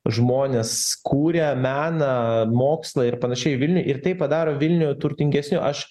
žmonės kūrė meną mokslą ir panašiai vilniuj ir tai padaro vilnių turtingesniu aš